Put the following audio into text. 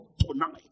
tonight